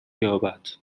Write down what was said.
یابد